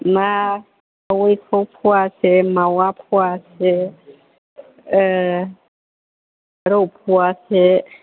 ना खावैखौ फवासे मावा फवासे रौ फवासे